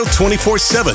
24-7